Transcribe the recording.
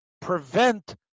prevent